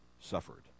suffered